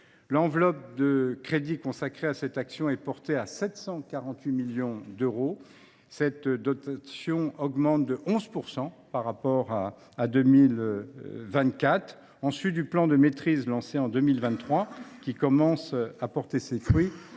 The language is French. L’enveloppe de crédits consacrée à cette action est portée à 748 millions d’euros. Cette dotation est en hausse de 11 % par rapport à 2024. À ce titre, et en sus du plan de maîtrise lancé en 2023, qui commence à porter ses fruits,